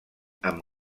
amb